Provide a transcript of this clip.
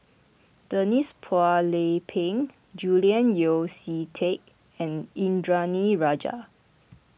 Denise Phua Lay Peng Julian Yeo See Teck and Indranee Rajah